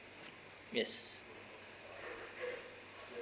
yes